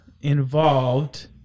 involved